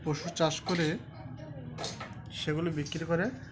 পশু চাষ করে সেগুলো বিক্রি করে